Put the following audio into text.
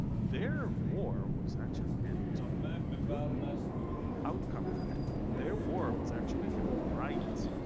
their war was actually meant to be a good outcome for them. their war was actually a bright